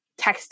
texting